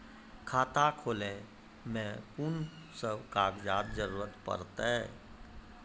खाता खोलै मे कून सब कागजात जरूरत परतै?